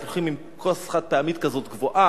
אז הולכים עם כוס חד-פעמית כזאת גבוהה,